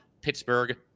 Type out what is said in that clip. Pittsburgh